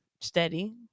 steady